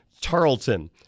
Tarleton